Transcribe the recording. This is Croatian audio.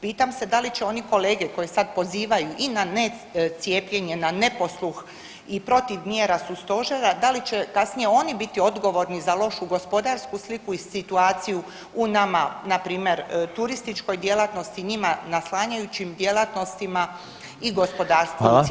Pitam se da li će oni kolege koji sad pozivaju i na necijepljenje, na neposluh i protiv mjera su Stožera, da li će kasnije oni biti odgovorni za lošu gospodarsku sliku i situaciju u nama npr. turističkoj djelatnosti, njima naslanjujućim djelatnostima i gospodarstvu u cijelosti?